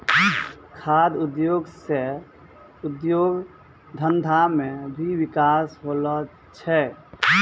खाद्य उद्योग से उद्योग धंधा मे भी बिकास होलो छै